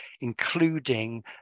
including